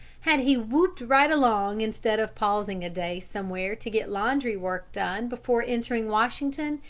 had he whooped right along instead of pausing a day somewhere to get laundry-work done before entering washington,